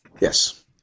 Yes